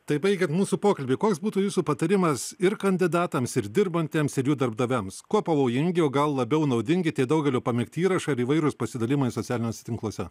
tai baigiant mūsų pokalbį koks būtų jūsų patarimas ir kandidatams ir dirbantiems ir jų darbdaviams kuo pavojingi o gal labiau naudingi tie daugelio pamėgti įrašą ir įvairūs pasidalijimai socialiniuose tinkluose